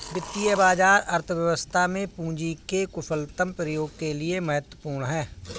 वित्तीय बाजार अर्थव्यवस्था में पूंजी के कुशलतम प्रयोग के लिए महत्वपूर्ण है